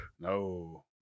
No